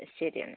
ശരി എന്നാൽ